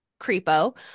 creepo